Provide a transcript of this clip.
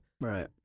Right